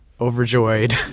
overjoyed